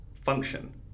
function